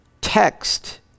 text